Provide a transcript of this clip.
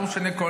לא משנה,